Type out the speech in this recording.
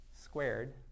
squared